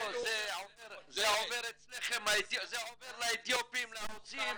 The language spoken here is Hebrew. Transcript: זה כבר זולג להרבה מקומות,